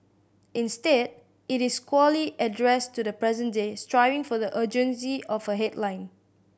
instead it is squarely addressed to the present day striving for the urgency of a headline